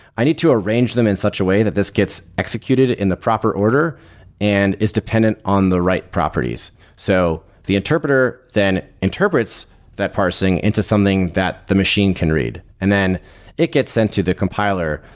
i need to arrange them in such a way that this gets executed in the proper order and is dependent on the right properties. so the interpreter then interprets that parsing into something that the machine can read, and then it gets sent to the compiler,